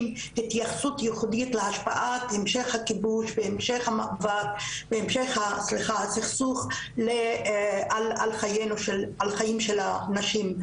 התייחסות ייחודית להשפעת המשך הכיבוש והמשך הסכסוך על החיים של הנשים.